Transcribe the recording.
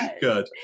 Good